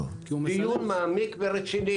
אנחנו רוצים למנוע מעשה שיש בו פגיעה בתחרות,